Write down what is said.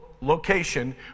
location